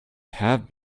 have